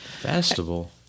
Festival